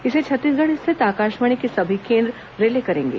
इसे छत्तीसगढ स्थित आकाशवाणी के सभी केंद्र रिले करेंगे